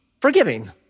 forgiving